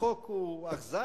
החוק הוא אכזר,